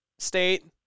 State